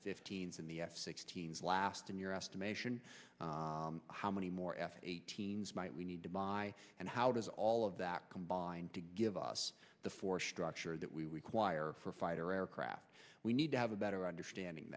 fifteen's in the sixteen's last in your estimation how many more f eighteen might we need to buy and how does all of that combined to give us the four structure that we require for fighter aircraft we need to have a better understanding